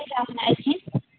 ठीके छै अपने अयथिन